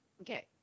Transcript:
okay